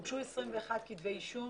הוגשו 21 כתבי אישום,